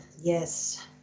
yes